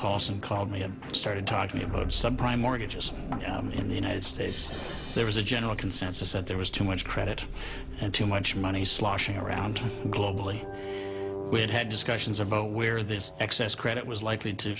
paulson called me and started talking about some prime mortgages in the united states there was a general consensus that there was too much credit and too much money sloshing around globally we had had discussions about where this excess credit was likely to